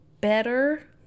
better